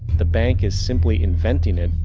the bank is simply inventing it,